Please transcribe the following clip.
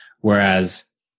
Whereas